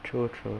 true true